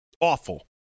awful